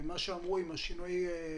מה שדובר לגבי תמרורים.